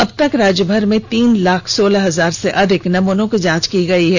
अब तक राज्य भर में तीन लाख सोलह हजार से अधिक नमूनों की जांच की गई है